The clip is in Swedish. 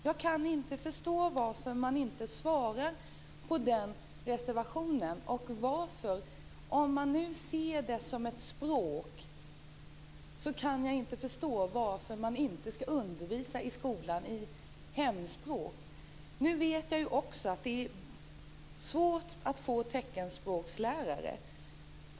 Jag kan inte förstå varför man inte svarar på reservationen. Om man nu ser teckenspråket som ett språk kan jag inte förstå varför undervisningen inte kan bedrivas som hemspråk i skolan. Jag vet också att det är svårt att få teckenspråkslärare.